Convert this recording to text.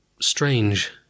strange